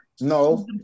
No